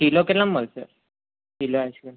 kilo કેટલામાં મળશે kilo ice cream